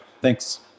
Thanks